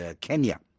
Kenya